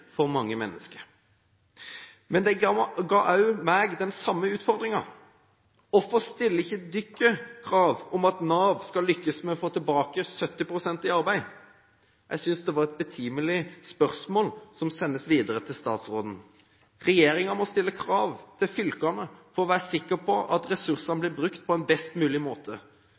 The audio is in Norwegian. for mange mennesker. Men de ga også meg den samme utfordringen: Hvorfor stiller dere ikke krav om at Nav skal lykkes med å få 70 pst. tilbake i arbeid? Jeg synes det var et betimelig spørsmål, som sendes videre til statsråden. Regjeringen må stille krav til fylkene for å være sikker på at ressursene blir brukt på en best mulig måte,